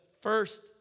first